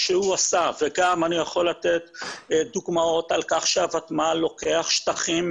שהוא עשה - וגם אני יכול לתת דוגמאות על כך שהוותמ"ל לוקח שטחים,